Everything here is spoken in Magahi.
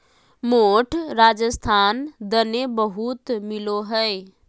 मोठ राजस्थान दने बहुत मिलो हय